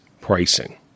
pricing